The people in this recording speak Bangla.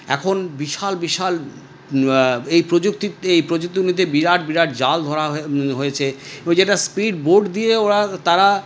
এখন বিশাল বিশাল এই প্রযুক্তিতে এই প্রযুক্তিগুলিতে বিরাট বিরাট জাল ধরা হয়ে হয়েছে এবং যেটা স্পিড বোট দিয়ে ওরা তারা